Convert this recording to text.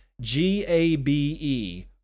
G-A-B-E